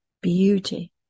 beauty